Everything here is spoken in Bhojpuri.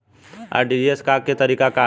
आर.टी.जी.एस करे के तरीका का हैं?